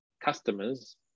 customer's